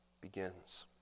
begins